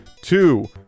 two